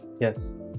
Yes